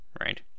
right